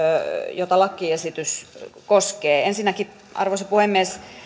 jota lakiesitys koskee ensinnäkin arvoisa puhemies